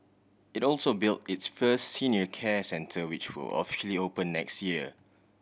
it also built its first senior care centre which will officially open next year